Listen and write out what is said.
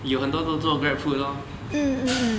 有很多都做 Grab food lor